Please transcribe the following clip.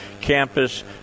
campus